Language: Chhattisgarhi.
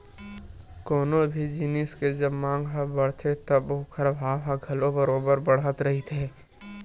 कोनो भी जिनिस के जब मांग ह बड़थे तब ओखर भाव ह घलो बरोबर बड़त रहिथे